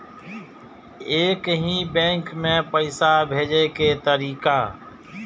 एक ही बैंक मे पैसा भेजे के तरीका?